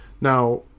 Now